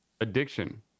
addiction